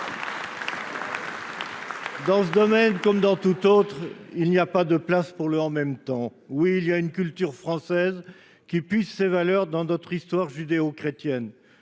Dans ce domaine comme dans tant d’autres, il n’y a pas de place pour le « en même temps ». Oui, il y a une culture française, qui puise ses valeurs dans notre histoire judéo chrétienne.